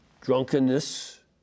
drunkenness